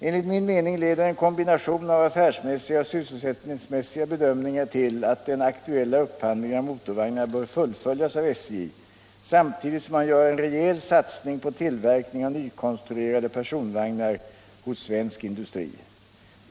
Enligt min mening leder en kombination av affärsmässiga och sysselsättningsmässiga bedömningar till att den aktuella upphandlingen av motorvagnar bör fullföljas av SJ samtidigt som man gör en rejäl satsning på tillverkning av nykonstruerade personvagnar hos svensk industri.